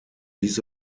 dies